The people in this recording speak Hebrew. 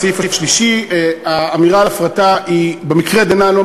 בסעיף השלישי האמירה על הפרטה היא לא מדויקת במקרה דנן,